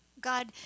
God